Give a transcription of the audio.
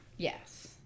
Yes